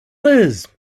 liz